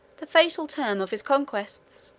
the fatal term of his conquests.